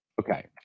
Okay